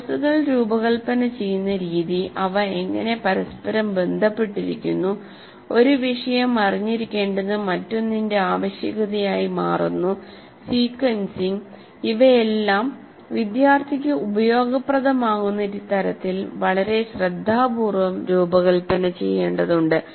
കോഴ്സുകൾ രൂപകൽപ്പന ചെയ്യുന്ന രീതി അവ എങ്ങനെ പരസ്പരം ബന്ധപ്പെട്ടിരിക്കുന്നുഒരു വിഷയം അറിഞ്ഞിരിക്കേണ്ടത് മറ്റൊന്നിന്റെ ആവശ്യകതയായി മാറുന്നു സീക്വൻസിംഗ് ഇവയെല്ലാം വിദ്യാർത്ഥിക്ക് ഉപയോഗപ്രദമാകുന്ന തരത്തിൽ വളരെ ശ്രദ്ധാപൂർവ്വം രൂപകൽപ്പന ചെയ്യേണ്ടതുണ്ട്